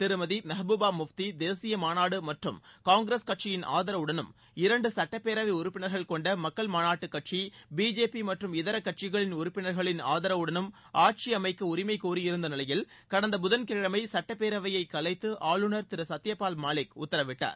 திருமதி மெஹ்பூபா முப்தி தேசிய மாநாடு மற்றும் காங்கிரஸ் கட்சியின் ஆதரவுடனும் இரண்டு சுட்டப்பேரவை உறுப்பினர்கள் கொண்ட மக்கள் மாநாட்டு கட்சி பிஜேபி மற்றும் இதர கட்சிகளின் உறுப்பினா்களின் ஆதரவுடனும் ஆட்சி அமைக்க உரிமை கோரியிருந்த நிலையில் கடந்த புதன்கிழமை சட்டப்பேரவையை கலைத்து ஆளுநர் திரு சத்ய பால் மாலிக் உத்தரவிட்டார்